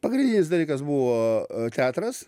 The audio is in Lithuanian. pagrindinis dalykas buvo teatras